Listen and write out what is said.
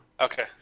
Okay